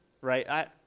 right